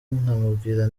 nkamubwira